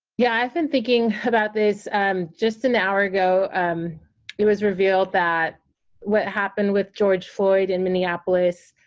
yeah i've been thinking about this. and just an hour ago um it was revealed that what happened with george floyd in minneapolis,